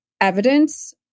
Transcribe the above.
evidence